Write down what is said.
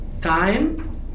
time